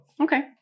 Okay